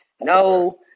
No